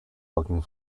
looking